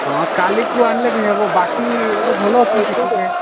ହଁ କାଲିକୁ ଆଣିଲେ ବି ହେବ ବାକି ଏବେ ଭଲ ଅଛନ୍ତି ଟିକେ